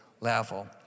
level